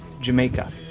Jamaica